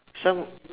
some